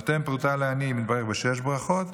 אני נותן פרוטה לעני, אני מתברך בשש ברכות,